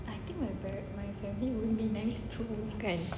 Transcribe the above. kan